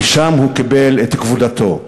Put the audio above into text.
ושם הוא קיבל את כבודתו.